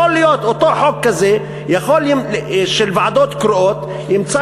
יכול להיות שאותו חוק של ועדות קרואות ימצא